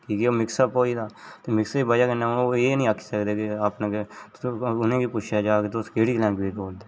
की के ओह् मिक्स अप होई दा ऐ ते मिक्स दी बजह् कन्नै ओह् एह् निं आखी सकदे के अपने गै ते उ'नें गी पुच्छेआ जां के तुस केह्ड़ी लैंग्वेज़ बोलदे